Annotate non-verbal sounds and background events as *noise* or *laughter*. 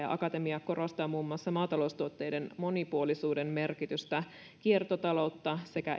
*unintelligible* ja akatemia korostaa muun muassa maataloustuotteiden monipuolisuuden merkitystä kiertotaloutta sekä